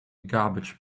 garbage